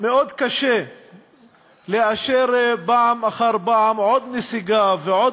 מאוד קשה לאשר פעם אחר פעם עוד נסיגה ועוד